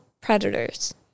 predators